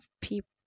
people